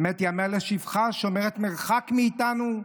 באמת ייאמר לשבחה, שומרת מרחק מאיתנו,